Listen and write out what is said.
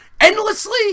endlessly